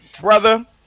brother